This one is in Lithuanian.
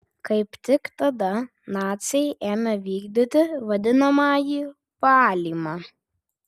kaip tik tada naciai ėmė vykdyti vadinamąjį valymą